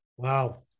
Wow